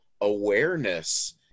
awareness